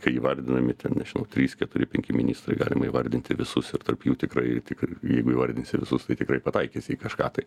kai įvardinami ten nežinau trys keturi penki ministrai galima įvardinti visus ir tarp jų jeigu įvardinsi visus tai tikrai pataikys į kažką tai